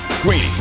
Greeny